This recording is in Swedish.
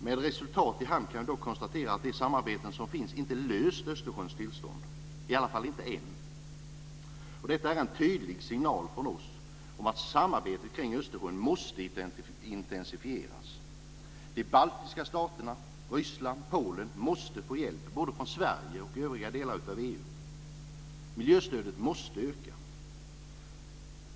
Med resultat i hand kan då konstateras att de samarbetsprojekt som finns inte har löst problemen med Östersjöns tillstånd - i alla fall inte än. Detta är en tydlig signal från oss om att samarbetet kring Östersjön måste intensifieras. De baltiska staterna, Ryssland och Polen måste få hjälp både från Sverige och övriga delar av EU. Miljöstödet måste öka.